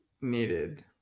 needed